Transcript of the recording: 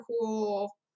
cool